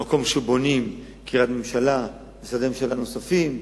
במקום שבונים קריית ממשלה ומשרדי ממשלה נוספים,